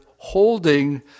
holding